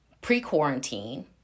pre-quarantine